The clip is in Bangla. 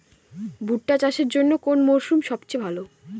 ভুট্টা চাষের জন্যে কোন মরশুম সবচেয়ে ভালো?